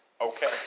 Okay